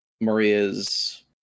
Maria's